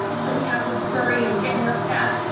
so we have to scurry and and get more staff.